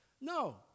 No